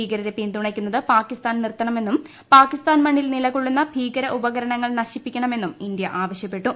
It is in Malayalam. ഭീകരരെ പിന്തുണയ്ക്കുന്നത് പാകിസ്ഥാൻ നിർത്തണമെന്നും പാകിസ്ഥാൻ മണ്ണിൽ നിലകൊള്ളുന്ന ഭീകര ഉപകരണങ്ങൾ നശിപ്പിക്കണമെന്നും ഇന്ത്യ ആവശ്യപ്പെട്ടു